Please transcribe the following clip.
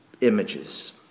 images